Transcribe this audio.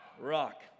rock